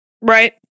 Right